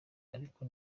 ariko